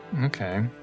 Okay